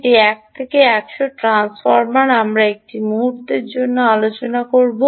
এটি 1 থেকে 100 ট্রান্সফর্মার আমরা এটি মুহুর্তে আলোচনা করব